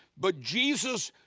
but jesus,